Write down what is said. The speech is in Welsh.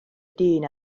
dyn